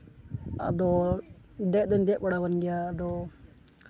ᱟᱫᱚ ᱫᱮᱡ ᱫᱚᱧ ᱫᱮᱡ ᱵᱟᱲᱟ ᱠᱟᱱ ᱜᱮᱭᱟ ᱟᱫᱚ